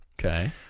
Okay